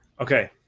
Okay